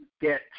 Get